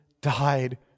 died